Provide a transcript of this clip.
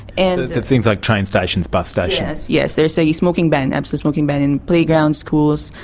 and things like train stations, bus stations. yes, there is a smoking ban, an absolute smoking ban in playgrounds, schools,